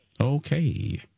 Okay